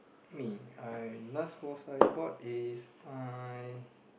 me I last was I bought is I